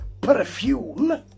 perfume